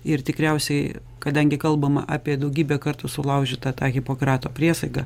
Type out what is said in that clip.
ir tikriausiai kadangi kalbama apie daugybę kartų sulaužytą tą hipokrato priesagą